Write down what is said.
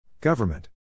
Government